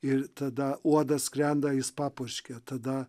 ir tada uodas skrenda jis papurškė tada